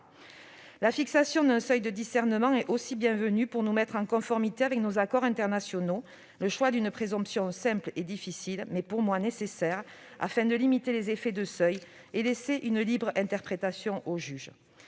La fixation d'un seuil de discernement est aussi la bienvenue, car elle permet à la France de se mettre en conformité avec les accords internationaux. Le choix d'une présomption simple est difficile, mais selon moi nécessaire, afin de limiter les effets de seuil et de laisser une libre interprétation au juge.